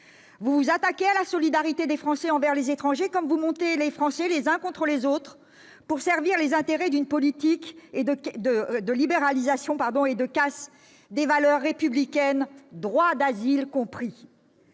vous vous attaquez à la solidarité des Français envers les étrangers comme vous montez les Français les uns contre les autres, pour servir les intérêts d'une politique de libéralisation et de casse des valeurs républicaines, droit d'asile compris.